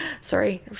Sorry